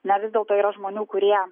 ne vis dėlto yra žmonių kurie